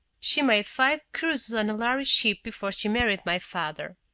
she made five cruises on a lhari ship before she married my father.